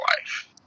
life